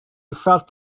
felt